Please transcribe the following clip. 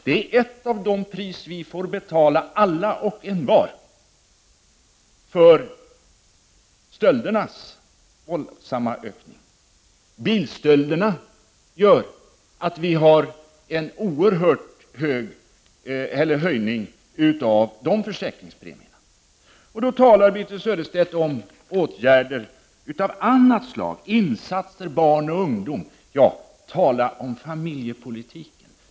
Det är ett av de pris som vi får betala alla och envar för stöldernas våldsamma ökning. Bilstölderna har lett till en oerhörd höjning av försäkringspremierna. Birthe Sörestedt talar om åtgärder av annat slag, t.ex. insatser för barn och ungdom. Här kan man tala om familjepolitik!